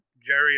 Jerry